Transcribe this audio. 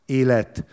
élet